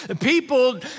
people